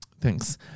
Thanks